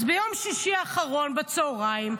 אז ביום שישי האחרון בצוהריים,